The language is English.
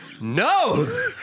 No